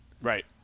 Right